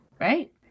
right